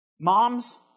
Moms